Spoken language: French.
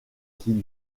qui